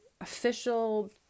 official